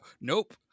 Nope